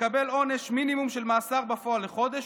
מקבל עונש מינימום של מאסר בפועל לחודש,